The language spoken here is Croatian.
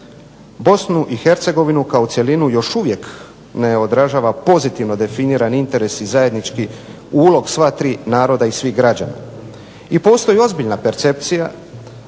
Bosnu i Hercegovinu kao cjelinu još uvijek ne odražava pozitivno definiran interes i zajednički ulog sva tri naroda i svih građana. I postoji ozbiljna percepcija